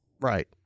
Right